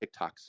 TikToks